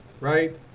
right